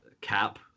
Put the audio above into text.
Cap